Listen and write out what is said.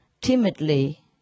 timidly